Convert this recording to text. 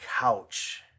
couch